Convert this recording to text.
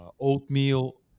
oatmeal